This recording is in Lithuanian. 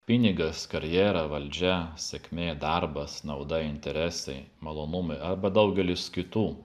pinigas karjera valdžia sėkmė darbas nauda interesai malonumai arba daugelis kitų